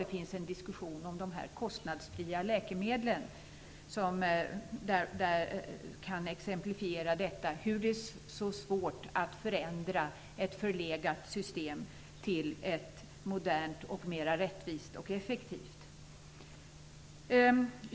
Det pågår en diskussion om de kostnadsfria läkemedlen som exemplifierar hur svårt det är att förändra ett förlegat system till ett modernt, mer rättvist och effektivt.